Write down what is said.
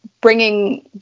bringing